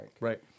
Right